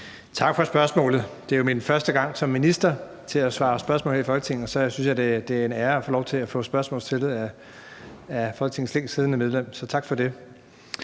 Tak for spørgsmålet. Det er jo min første gang som minister til at besvare spørgsmål her i Folketinget, så jeg synes, det er en ære at få lov til at få spørgsmål stillet af Folketingets længst siddende medlem, så tak for det.